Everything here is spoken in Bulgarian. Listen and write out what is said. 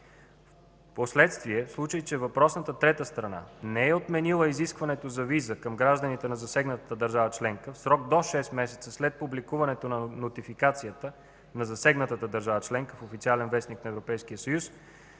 Впоследствие, в случай че въпросната трета страна не е отменила изискването за виза към гражданите на засегната държава членка в срок до шест месеца след публикуването на нотификацията на засегната държава членка в „Официален вестник” на Европейския съюз,